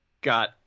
got